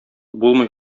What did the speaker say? булмый